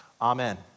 Amen